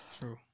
True